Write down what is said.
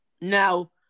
Now